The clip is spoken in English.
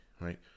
right